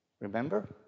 Remember